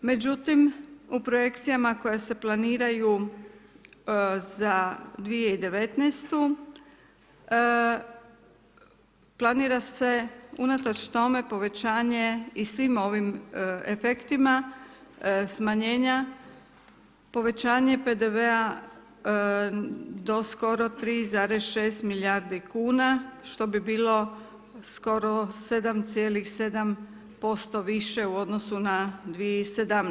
Međutim, u projekcijama koje se planiraju za 2019. planira se unatoč tome povećanje i svim ovim efektima smanjenja, povećanje PDV-a do skoro 3,6 milijardi kuna što bi bilo skoro 7,7% više u odnosu na 2017.